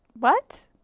what?